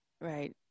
right